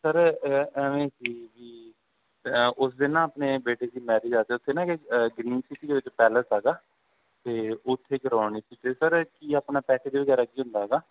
sir ਐਵੇਂ ਸੀ ਕਿ ਉਸ ਦਿਨ ਨਾ ਆਪਣੇ ਬੇਟੇ ਦੀ ਮੈਰਿਜ ਆ ਅਤੇ ਉੱਥੇ ਨਾ ਕਿ ਗਰੀਨ ਸਿਟੀ ਦੇ ਵਿੱਚ ਪੈਲਸ ਹੈਗਾ ਅਤੇ ਉੱਥੇ ਕਰਵਾਉਣੀ ਸੀ ਤਾਂ ਸਰ ਕੀ ਆਪਣਾ ਪੈਕੇਜ ਵਗੈਰਾ ਕੀ ਹੁੰਦਾ ਗਾ